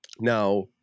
Now